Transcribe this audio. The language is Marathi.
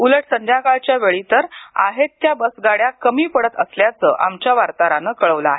उलट संध्याकाळच्या वेळी तर आहेत त्या बसगाड्या कमी पडत असल्याचं आमच्या वार्ताहरानं कळवलं आहे